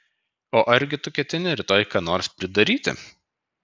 o argi tu ketini rytoj ką nors pridaryti